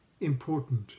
important